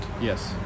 Yes